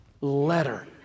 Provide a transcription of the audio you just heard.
letter